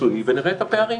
מקצועי ונראה את הפערים.